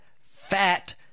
fat